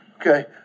okay